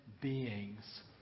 beings